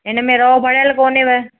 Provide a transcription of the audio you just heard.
हिन में रओ भरियलु कोन्हेव